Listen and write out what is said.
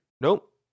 Nope